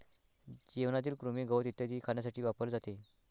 जेवणातील कृमी, गवत इत्यादी खाण्यासाठी वापरले जाते